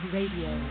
Radio